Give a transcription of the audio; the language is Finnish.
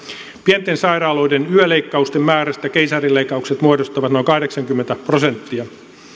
pienten sairaaloiden yöleikkausten määrästä keisarileikkaukset muodostavat noin kahdeksankymmentä prosenttia